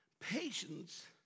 patience